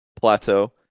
plateau